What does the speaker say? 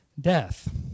death